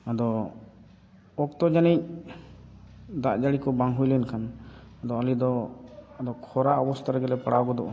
ᱟᱫᱚ ᱚᱠᱛᱚ ᱡᱟᱹᱱᱤᱡ ᱫᱟᱜ ᱡᱟᱹᱲᱤᱠᱚ ᱵᱟᱝ ᱦᱩᱭᱞᱮᱱ ᱠᱷᱟᱱ ᱟᱫᱚ ᱟᱞᱮᱫᱚ ᱠᱷᱚᱨᱟ ᱚᱵᱚᱥᱛᱷᱟ ᱨᱮᱜᱮᱞᱮ ᱯᱟᱲᱟᱣ ᱜᱚᱫᱚᱜᱼᱟ